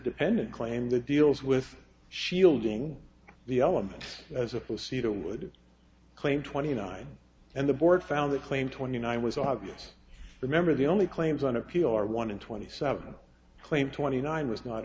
dependent claimed that deals with shielding the elements as a placebo would claim twenty nine and the board found that claim twenty nine was obvious remember the only claims on appeal are one in twenty seven claim twenty nine was not